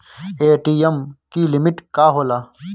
ATM की limit का होला?